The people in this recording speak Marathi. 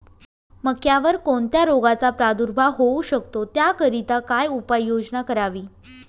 मक्यावर कोणत्या रोगाचा प्रादुर्भाव होऊ शकतो? त्याकरिता काय उपाययोजना करावी?